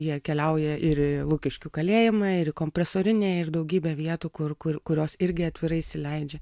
jie keliauja ir į lukiškių kalėjimą ir kompresorinę ir daugybę vietų kur kur kurios irgi atvirai įsileidžia